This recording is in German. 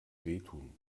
wehtun